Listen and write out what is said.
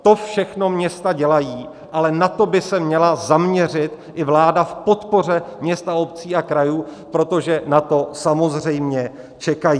To všechno města dělají, ale na to by se měla zaměřit i vláda v podpoře měst, obcí a krajů, protože na to samozřejmě čekají.